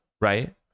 right